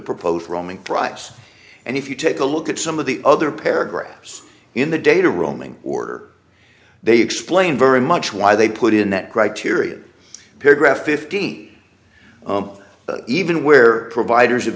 proposed roaming price and if you take a look at some of the other paragraphs in the data roaming order they explained very much why they put in that criteria paragraph fifty even where providers